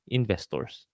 investors